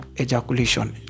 ejaculation